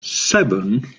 seven